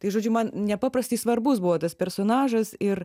tai žodžiu man nepaprastai svarbus buvo tas personažas ir